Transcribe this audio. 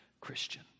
Christian